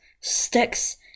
sticks